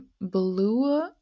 blue